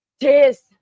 Cheers